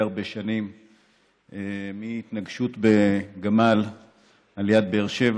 הרבה שנים מהתנגשות בגמל ליד באר שבע.